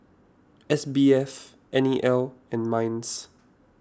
S B F N E L and Minds